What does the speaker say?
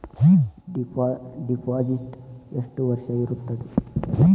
Deposit ಎಷ್ಟು ವರ್ಷ ಇರುತ್ತದೆ?